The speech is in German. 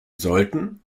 sollten